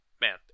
man